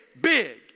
big